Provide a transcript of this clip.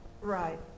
Right